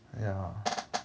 ya